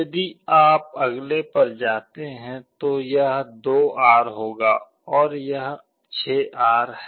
यदि आप अगले पर जाते हैं तो यह 2R होगा और यह 6R है